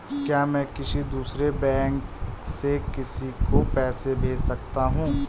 क्या मैं किसी दूसरे बैंक से किसी को पैसे भेज सकता हूँ?